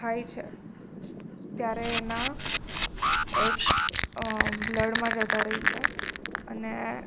થાય છે ત્યારે એના એક્સ બ્લડમાં જતા રહે છે અને